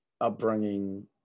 upbringing